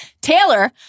Taylor